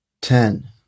ten